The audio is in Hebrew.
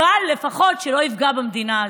אבל לפחות שלא יפגע במדינה הזו.